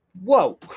Whoa